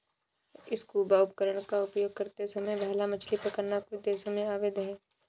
scuba उपकरण का उपयोग करते समय भाला मछली पकड़ना कुछ देशों में अवैध है